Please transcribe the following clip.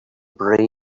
brain